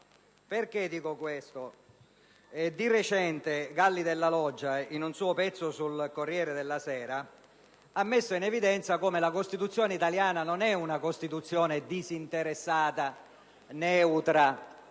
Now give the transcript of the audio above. Perché dico questo? Di recente Ernesto Galli Della Loggia, in un suo pezzo sul «Corriere della Sera», ha messo in evidenza come la Costituzione italiana non è disinteressata, neutra,